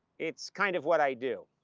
it's kind of what i do.